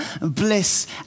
bliss